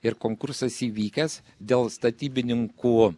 ir konkursas įvykęs dėl statybininkų